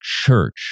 church